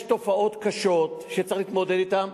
יש תופעות קשות שצריך להתמודד אתן.